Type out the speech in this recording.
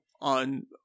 on